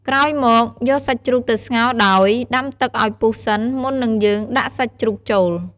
ក្រោយមក យកសាច់ជ្រូកទៅស្ងោរដោយ ដាំទឹកឱ្យពុះសិនមុននឹងយើង ដាក់សាច់ជ្រូកចូល ។